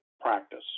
practice